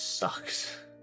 Sucks